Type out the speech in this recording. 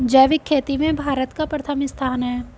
जैविक खेती में भारत का प्रथम स्थान है